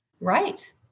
Right